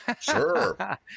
sure